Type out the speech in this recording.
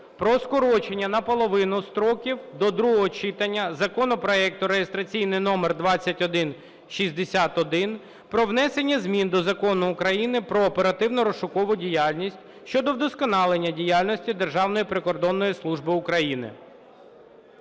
про скорочення наполовину строків до другого читання законопроекту, реєстраційний номер 2161, про внесення змін до Закону України "Про оперативно-розшукову діяльність" щодо вдосконалення діяльності Державної прикордонної служби України.